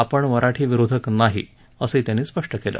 आपण मराठी विरोधक नाही असंही त्यांनी स्पष्ट केलं